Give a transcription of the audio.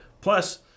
Plus